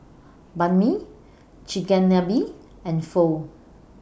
Banh MI Chigenabe and Pho